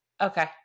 Okay